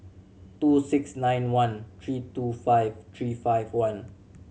two six nine one three two five three five one